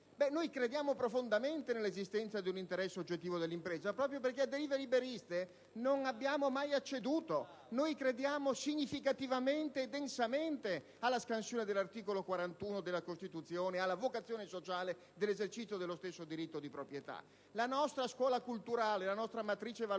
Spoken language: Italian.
Noi crediamo profondamente nell'esistenza di un interesse oggettivo dell'impresa, proprio perché a derive liberiste non abbiamo mai acceduto. Crediamo significativamente e densamente alla scansione dell'articolo 41 della Costituzione ed alla vocazione sociale dell'esercizio dello stesso diritto di proprietà. La nostra scuola culturale, la nostra matrice valoriale